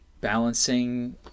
balancing